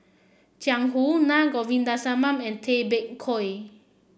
Jiang Hu Na Govindasamy and Tay Bak Koi